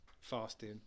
fasting